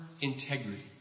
integrity